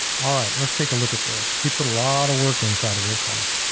all right, let's take a look at this. he put a lot of work inside of this one.